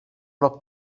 los